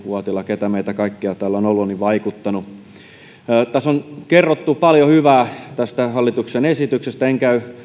uotila keitä meitä kaikkia täällä on ollut tämän asian parissa tässä on kerrottu paljon hyvää tästä hallituksen esityksestä en käy